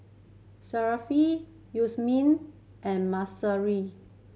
Syafiq Yasmin and Mahsuri